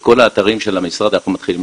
את כל האתרים של המשרד אנחנו מתחילים